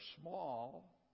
small